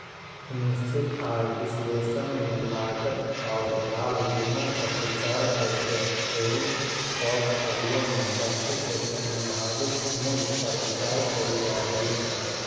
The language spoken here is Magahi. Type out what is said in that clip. निश्चित आय विश्लेषण में लागत औउर लाभ दुनो पर विचार कईके हेविंग पोर्टफोलिया में वस्तु के संभावित मूल्य पर विचार कईल जा हई